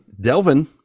Delvin